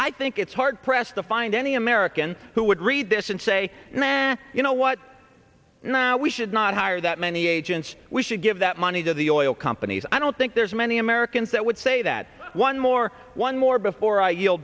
i think it's hard pressed to find any american who would read this and say now you know what now we should not hire that many agents we should give that money to the oil companies i don't think there's many americans that would say that one more one more before i